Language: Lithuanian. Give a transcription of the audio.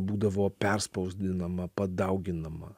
būdavo perspausdinama padauginama